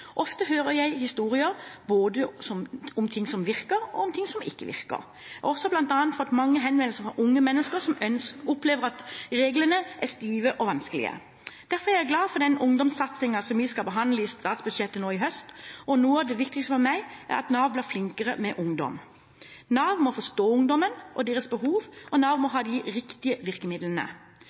Ofte hører jeg historier både om ting som virker, og om ting som ikke virker. Jeg har bl.a. fått mange henvendelser fra unge mennesker som opplever at reglene er stive og vanskelige. Derfor er jeg glad for den ungdomssatsingen som vi skal behandle i statsbudsjettet nå i høst, og noe av det viktigste for meg er at Nav blir flinkere med ungdom. Nav må forstå ungdommen og deres behov, og Nav må ha de riktige virkemidlene.